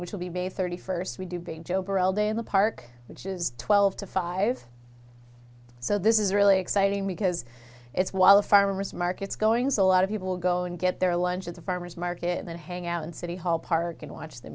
which will be based thirty first we do being job or all day in the park which is twelve to five so this is really exciting because it's while a farmer's markets going so a lot of people go and get their lunch at the farmer's market and then hang out in city hall park and watch the